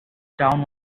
town